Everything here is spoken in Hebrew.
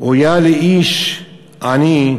"אויה לאיש עני,